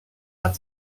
hat